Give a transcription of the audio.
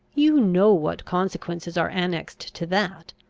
you know what consequences are annexed to that.